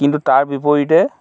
কিন্তু তাৰ বিপৰীতে